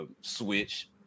switch